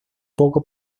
poco